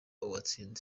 uwatsinze